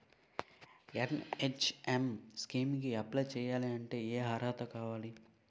NHM scheme కి apply చేయాలి అంటే ఏ అర్హత కావాలి?